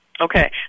Okay